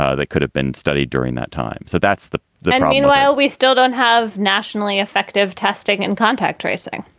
ah they could have been studied during that time. so that's the the meanwhile, we still don't have nationally effective testing and contact tracing,